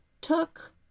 took